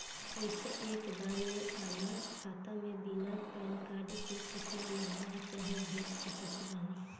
पैसा एक बार मे आना खाता मे बिना पैन कार्ड के केतना मँगवा चाहे भेज सकत बानी?